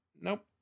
Nope